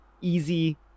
easy